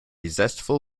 zestful